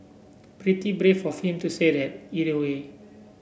pretty brave of him to say that either way